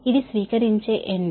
ఇది స్వీకరించే ఎండ్